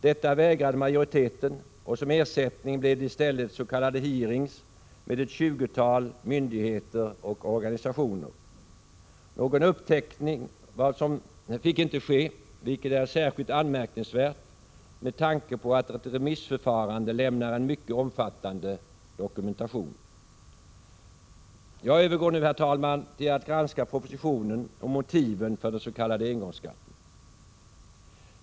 Detta vägrade majoriteten, och som ersättning blev det i stället en s.k. hearing med ett tjugotal organisationer. Någon uppteckning av vad som sades fick inte ske, vilket är särskilt anmärkningsvärt med tanke på att ett remissförfarande lämnar en mycket omfattande dokumentation. Herr talman! Jag övergår nu till att granska propositionen och motiven för den s.k. engångsskatten.